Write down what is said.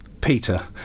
Peter